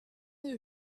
the